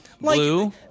Blue